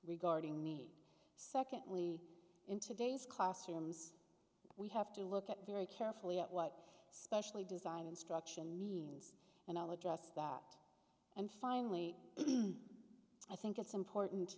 regarding need secondly in today's classrooms we have to look at very carefully at what specially designed instruction means and i'll address that and finally i think it's important